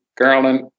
garland